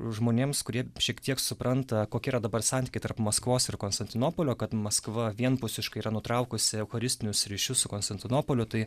žmonėms kurie šiek tiek supranta kokie yra dabar santykiai tarp maskvos ir konstantinopolio kad maskva vienpusiškai yra nutraukusi eucharistinius ryšius su konstantinopoliu tai